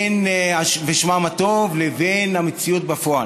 ושמם הטוב, לבין המציאות בפועל.